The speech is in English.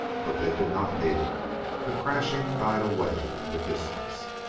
but they did not need it the crashing died away in the distance.